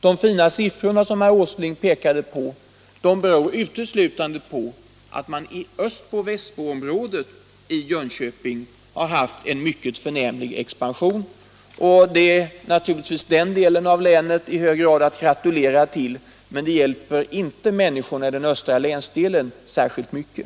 De fina siffrorna som herr Åsling pekade på beror har haft en mycket förnämlig expansion. Det är naturligtvis den delen Måndagen den av länet att gratulera till, men det hjälper inte människorna i den östra 16 maj 1977 länsdelen särskilt mycket.